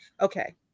Okay